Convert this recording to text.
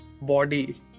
body